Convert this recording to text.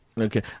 Okay